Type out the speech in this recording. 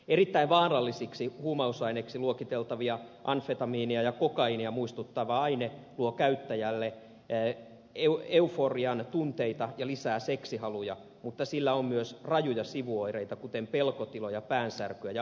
erittäin vaarallisiksi huumausaineiksi luokiteltavia amfetamiinia ja kokaiinia muistuttava aine luo käyttäjälle euforian tunnetta ja lisää seksihaluja mutta sillä on myös rajuja sivuoireita kuten pelkotiloja päänsärkyä ja ahdistuneisuutta